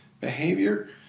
behavior